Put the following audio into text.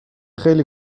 خیلی